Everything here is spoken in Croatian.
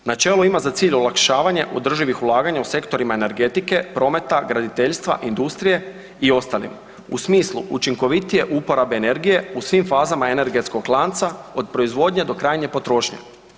Načelo ima za cilj olakšavanje održivih ulaganja u sektorima energetike, prometa, graditeljstva, industrije i ostalim u smislu učinkovitije uporabe energije u svim fazama energetskog lanca od proizvodnje do krajnje potrošnje.